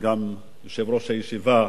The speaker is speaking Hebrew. וגם יושב-ראש הישיבה,